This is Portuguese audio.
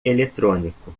eletrônico